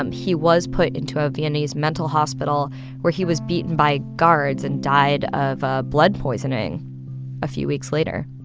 um he was put into a viennese mental hospital where he was beaten by guards and died of ah blood poisoning a few weeks later